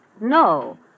No